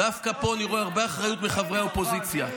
דווקא פה אני רואה הרבה אחריות מחברי האופוזיציה,